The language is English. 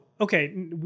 okay